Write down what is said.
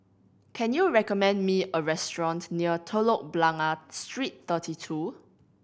can you recommend me a restaurant near Telok Blangah Street Thirty Two